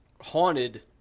haunted